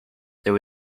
there